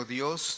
Dios